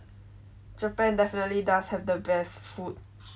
japan definitely does have the best food